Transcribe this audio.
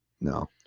no